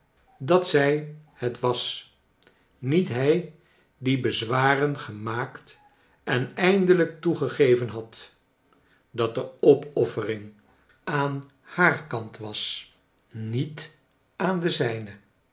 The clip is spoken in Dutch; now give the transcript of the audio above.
dat zij het was niet hij die bez waren gemaakt en eindelijk toegegeven had dat de opoffering aan haar kant was niet aan den zijnen